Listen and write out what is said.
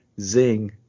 zing